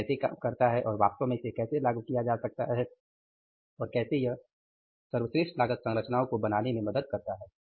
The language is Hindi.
यह कैसे काम करता है और वास्तव में कैसे इसे लागू किया जा सकता है और कैसे यह सर्वश्रेष्ठ लागत संरचनाओं को बनाने में मदद करता है